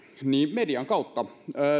median kautta